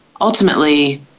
ultimately